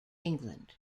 england